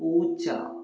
പൂച്ച